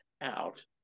out